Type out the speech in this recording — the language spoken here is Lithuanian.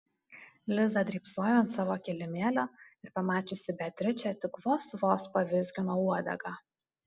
liza drybsojo ant savo kilimėlio ir pamačiusi beatričę tik vos vos pavizgino uodegą